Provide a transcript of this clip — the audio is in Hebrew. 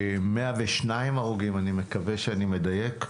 102 הרוגים, אני מקווה שאני מדייק,